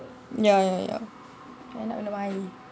ya ya ya I nak minum air